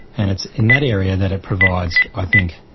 and it's in that area that it provides i think,